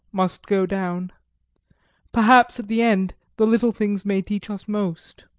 must go down perhaps at the end the little things may teach us most.